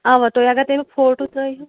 اَوا تُہۍ اگر تَمیُک فوٹوٗ ترٛٲیہوٗ